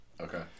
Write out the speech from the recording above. Okay